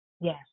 Yes